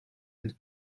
and